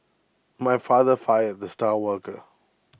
my father fired the star worker